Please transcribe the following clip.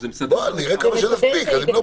או לא, או